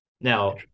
Now